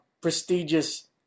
prestigious